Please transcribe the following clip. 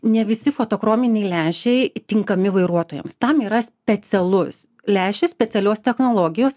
ne visi fotochrominiai lęšiai tinkami vairuotojams tam yra specialus lęšis specialios technologijos